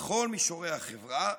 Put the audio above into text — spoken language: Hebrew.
לכל מישורי החברה,